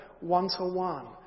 one-to-one